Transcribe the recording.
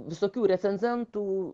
visokių recenzentų